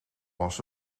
bas